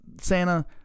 Santa